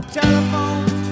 telephones